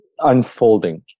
Unfolding